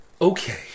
Okay